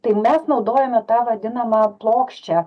tai mes naudojome tą vadinamą plokščią